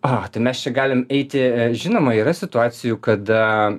a tai mes čia galim eiti žinoma yra situacijų kada